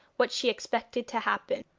what she expected to happen.